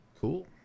Cool